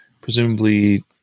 presumably